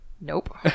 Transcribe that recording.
Nope